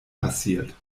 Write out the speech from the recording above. passiert